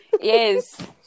yes